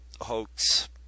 hoax